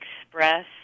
express